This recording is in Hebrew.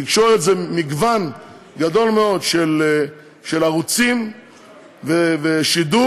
התקשורת היא מגוון גדול מאוד של ערוצים ושידור,